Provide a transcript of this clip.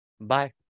bye